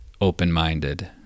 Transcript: open-minded